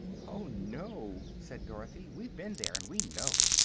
oh, no, said dorothy, we've been there, and we know.